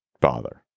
bother